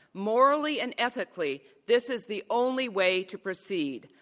morally and ethically, this is the only way to proceed.